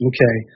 Okay